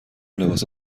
لباس